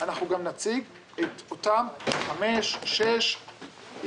אנחנו גם נציג את אותם חמש או שש איקס,